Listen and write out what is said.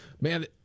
Man